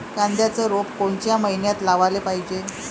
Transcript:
कांद्याचं रोप कोनच्या मइन्यात लावाले पायजे?